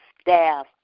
staff